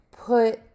put